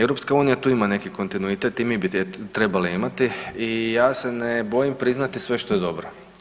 EU tu ima neki kontinuitet i mi bi je trebali imati i ja se ne bojim priznati sve što je dobro.